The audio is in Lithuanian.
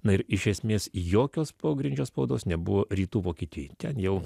na ir iš esmės jokios pogrindžio spaudos nebuvo rytų vokietijoj ten jau